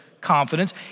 confidence